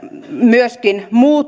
myöskin muuttuneessa